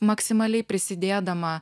maksimaliai prisidėdama